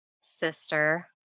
Sister